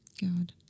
God